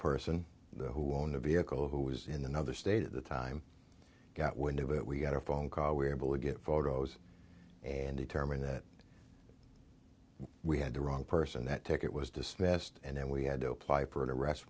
person who own the vehicle who was in another state at the time got wind of it we got a phone call we were able to get photos and determine that we had the wrong person that ticket was dismissed and then we had to apply for an arrest